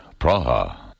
Praha